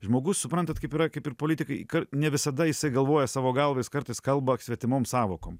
žmogus suprantat kaip yra kaip ir politikai ne visada jisai galvoja savo galva jis kartais kalba svetimom sąvokom